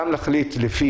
גם להחליט לפי